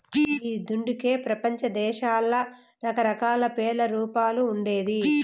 ఈ దుడ్డుకే పెపంచదేశాల్ల రకరకాల పేర్లు, రూపాలు ఉండేది